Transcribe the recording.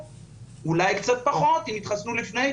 אולי קצת פחות אם יתחסנו לפני,